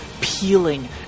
peeling